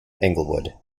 englewood